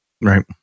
Right